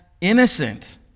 innocent